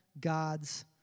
God's